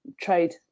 trade